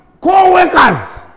co-workers